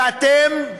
ואתם,